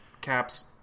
Cap's